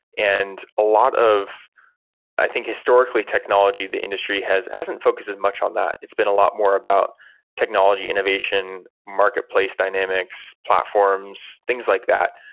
and a lot of i think, historically, technology, the industry hasn't focused as much on that. it's been a lot more about technology innovation, market place dynamics, platforms, things like that,